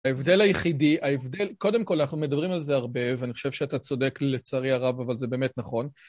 ההבדל היחידי, ההבדל, קודם כל, אנחנו מדברים על זה הרבה ואני חושב שאתה צודק לצערי הרב, אבל זה באמת נכון.